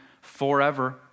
forever